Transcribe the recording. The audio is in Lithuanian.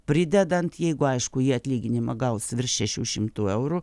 pridedant jeigu aišku ji atlyginimą gaus virš šešių šimtų eurų